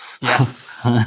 Yes